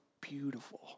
beautiful